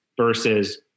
versus